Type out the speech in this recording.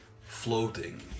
floating